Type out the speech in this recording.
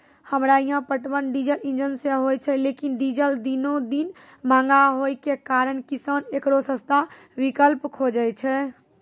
हमरा यहाँ पटवन डीजल इंजन से होय छैय लेकिन डीजल दिनों दिन महंगा होय के कारण किसान एकरो सस्ता विकल्प खोजे छैय?